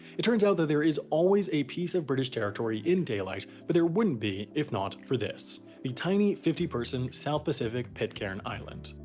it turns out that there is always a piece of british territory in daylight but there wouldn't be if not for this the tiny fifty person, south-pacific, pitcairn island.